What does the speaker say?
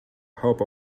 hope